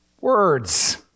words